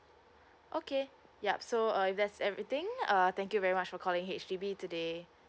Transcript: okay yup so uh if that's everything uh thank you very much for calling H_D_B today